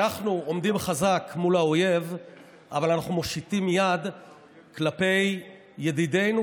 אנחנו עומדים חזק מול האויב אבל אנחנו מושיטים יד כלפי ידידינו,